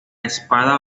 espada